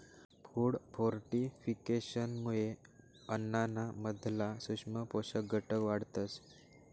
food फोर्टिफिकेशनमुये अन्नाना मधला सूक्ष्म पोषक घटक वाढतस